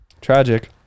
Tragic